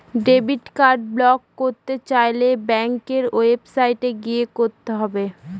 debit card block করতে চাইলে ব্যাঙ্কের ওয়েবসাইটে গিয়ে করতে হবে